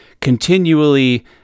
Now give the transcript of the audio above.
continually